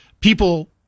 people